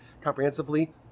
comprehensively